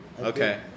Okay